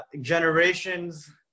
generations